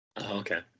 Okay